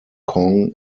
kong